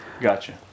gotcha